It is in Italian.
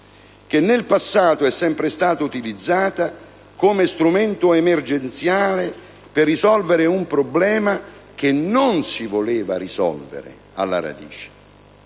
che nel passato è sempre stata utilizzata come strumento emergenziale per risolvere un problema che non si voleva risolvere alla radice,